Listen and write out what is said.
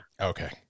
Okay